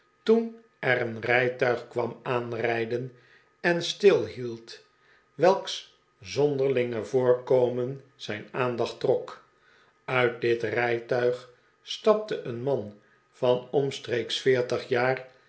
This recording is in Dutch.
toen er een rijtuig kwam aanrijdenen stilhield welks zonderlinge voorkomen zijn aandacht trok uit dit rijtuig stapte een man van omstreeks veertig jaar